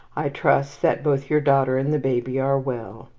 i trust that both your daughter and the baby are well.